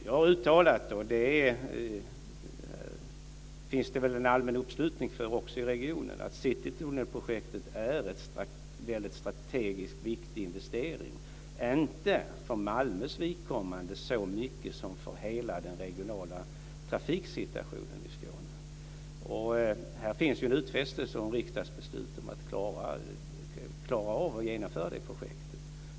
Jag har uttalat, och det finns en allmän uppslutning i regionen för det, att Citytunnelprojektet är en strategiskt väldigt viktig investering, inte för Malmös vidkommande så mycket som för hela den regionala trafiksituationen i Skåne. Här finns en utfästelse och riksdagsbeslut om att klara av att genomföra det projektet.